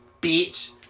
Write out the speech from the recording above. bitch